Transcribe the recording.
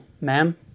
ma'am